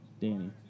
Danny